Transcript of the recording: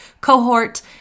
cohort